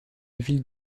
ville